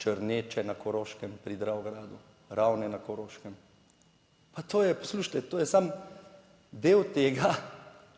Črneče na Koroškem pri Dravogradu, Ravne na Koroškem, poslušajte, to je samo del tega,